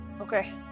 Okay